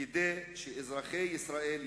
כדי שאזרחי ישראל,